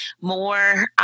more